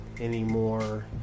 anymore